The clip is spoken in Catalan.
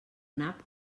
nap